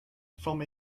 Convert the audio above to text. from